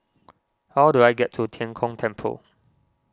how do I get to Tian Kong Temple